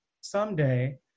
someday